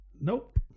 Nope